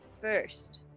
First